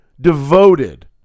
devoted